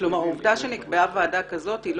כלומר העובדה שנקבעה ועדה כזאת לא